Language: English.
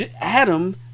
adam